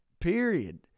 period